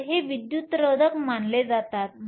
तर हे विद्युतरोधक मानले जातात